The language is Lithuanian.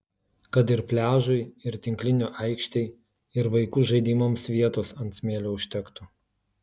kad ir pliažui ir tinklinio aikštei ir vaikų žaidimams vietos ant smėlio užtektų